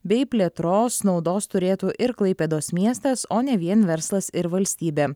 bei plėtros naudos turėtų ir klaipėdos miestas o ne vien verslas ir valstybė